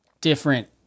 different